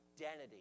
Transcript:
identity